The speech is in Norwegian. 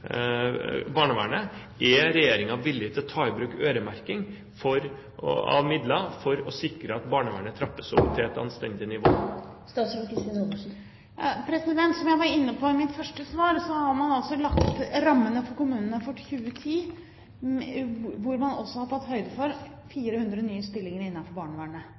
barnevernet? Er regjeringen villig til å ta i bruk øremerking av midler for å sikre at barnevernet trappes opp til et anstendig nivå? Som jeg var inne på i mitt første svar, har man altså lagt rammene for kommunene for 2010, hvor man også har tatt høyde for 400 nye stillinger innenfor barnevernet.